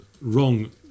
wrong